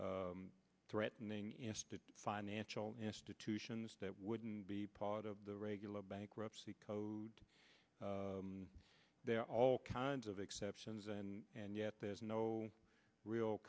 systemic threatening financial institutions that wouldn't be part of the regular bankruptcy code there are all kinds of exceptions and and yet there's no real